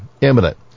imminent